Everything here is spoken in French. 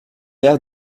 l’air